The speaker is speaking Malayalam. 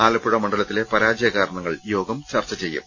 ആലപ്പുഴ മണ്ഡലത്തിലെ പരാജയ കാരണങ്ങൾ യോഗം ചർച്ച ചെയ്യും